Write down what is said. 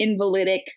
invalidic